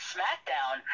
SmackDown